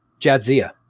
Jadzia